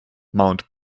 mount